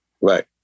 Right